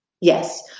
Yes